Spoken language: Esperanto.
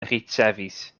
ricevis